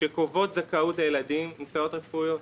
שקובעות זכאות לילדים לסייעות רפואיות.